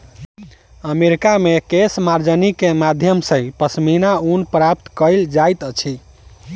America मे केशमार्जनी के माध्यम सॅ पश्मीना ऊन प्राप्त कयल जाइत अछि